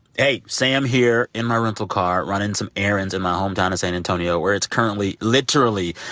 hey, sam, here, in my rental car, running some errands in my hometown of san antonio, where it's currently, literally,